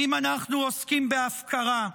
אם אנחנו עוסקים בהפקרה,